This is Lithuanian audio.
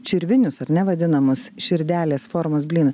čirvinius ar ne vadinamos širdelės formos blynai